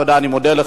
אני מודה לך.